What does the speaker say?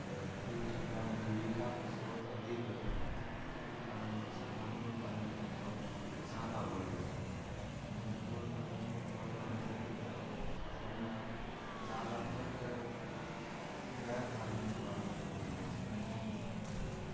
तऽ ओ चक्करमे जीविकाके स्रोत अधिक भए जाए तऽ ओ कारण लोकसभ जानवर पालनके तरफ किछु जादा बढ़लै हँ जानवर पालनके तरफ बढ़लै यऽ तऽ ओहोमे जादातर तऽ गइ पालनके बारेमे देखल जाए छै लेकिन